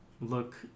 look